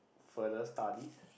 further studies